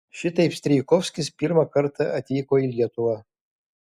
šitaip strijkovskis pirmą kartą atvyko į lietuvą